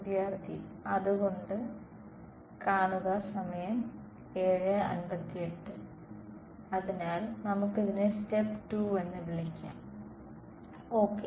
വിദ്യാർത്ഥി അതുകൊണ്ട് അതിനാൽ നമുക്ക് ഇതിനെ സ്റ്റെപ്പ് 2 എന്ന് വിളിക്കാം ഓക്കെ